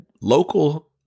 local